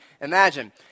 imagine